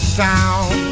sound